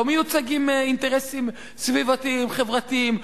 לא מיוצגים אינטרסים סביבתיים-חברתיים.